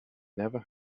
never